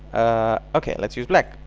okay lets use black.